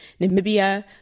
Namibia